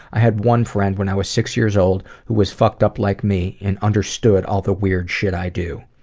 i had one friend when i was six years old who was fucked up like me, and understood all the weird shit i do.